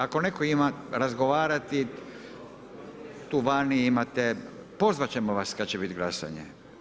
Ako netko ima razgovarati, tu vani imate pozvati ćemo vas kada će biti glasanje.